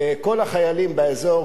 כל החיילים באזור,